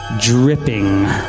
dripping